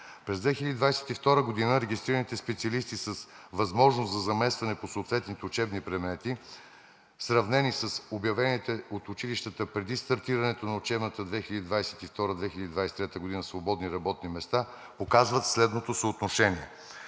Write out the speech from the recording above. През 2022 г. регистрираните специалисти с възможност за заместване по съответните учебни предмети, сравнени с обявените от училищата преди стартирането на учебната 2022 – 2023 г. свободни работни места, показват следното съотношение: